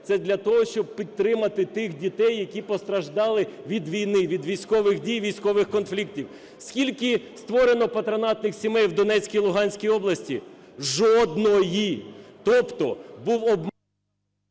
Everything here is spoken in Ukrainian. це для того, щоб підтримати тих дітей, які постраждали від війни, від військових дій, військових конфліктів. Скільки створено патронатних сімей в Донецькій, Луганській області? Жодної, тобто був… ГОЛОВУЮЧИЙ.